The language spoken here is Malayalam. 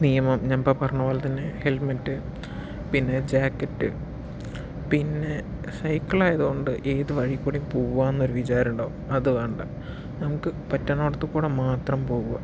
നിയമം ഞാൻ ഇപ്പോൾ പറഞ്ഞതു പോലെ തന്നെ ഹെൽമറ്റ് പിന്നെ ജാക്കറ്റ് പിന്നെ സൈക്കിൾ ആയതുകൊണ്ട് ഏതു വഴീക്കൂടെയും പോവാം എന്നൊരു വിചാരം ഉണ്ടാവും അത് വേണ്ട നമുക്ക് പറ്റണയിടത്തുകൂടെ മാത്രം പോവുക